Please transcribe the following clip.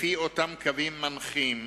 לפי אותם קווים מנחים,